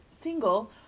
single